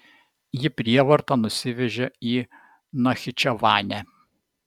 jį prievarta nusivežė į nachičevanę